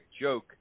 joke